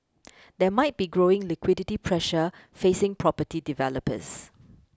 there might be growing liquidity pressure facing property developers